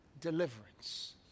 deliverance